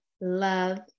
love